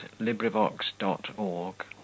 LibriVox.org